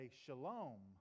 shalom